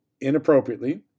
inappropriately